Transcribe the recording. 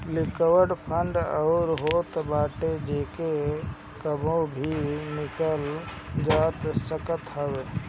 liquid fund उ होत बाटे जेके कबो भी निकालल जा सकत हवे